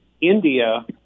India